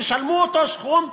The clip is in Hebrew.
תשלמו אותו סכום,